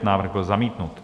Návrh byl zamítnut.